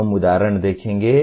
हम उदाहरण देखेंगे